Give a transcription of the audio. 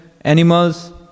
animals